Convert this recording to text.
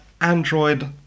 Android